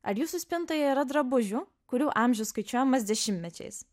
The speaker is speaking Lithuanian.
ar jūsų spintoje yra drabužių kurių amžius skaičiuojamas dešimtmečiais